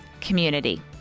community